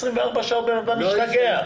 24 שעות, בן אדם משתגע.